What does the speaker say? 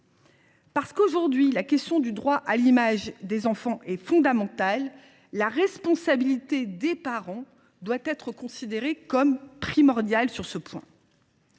Parce qu’aujourd’hui, la question du droit à l’image des enfants est fondamentale, la responsabilité des parents doit être considérée comme primordiale sur ce point.